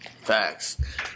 Facts